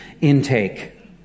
intake